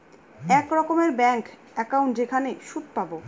এক রকমের bank account যেখানে সুদ পাবো